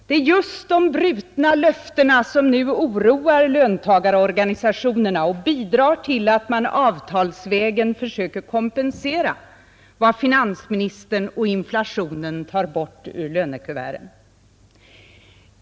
Det är just de brutna löftena som nu oroar löntagarorganisationerna och bidrar till att man avtalsvägen försöker kompensera vad finansministern och inflationen tar bort ur lönekuvertet.